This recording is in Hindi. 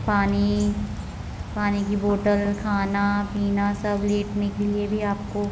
पानी पानी की बोटल खाना पीना सब लेटने के लिए भी आपको